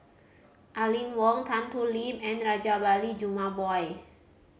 Aline Wong Tan Thoon Lip and Rajabali Jumabhoy